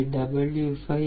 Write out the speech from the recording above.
03333 0